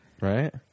right